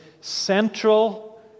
central